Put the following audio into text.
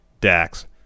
Dax